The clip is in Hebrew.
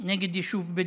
נגד יישוב בדואי.